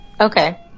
Okay